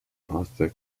arthur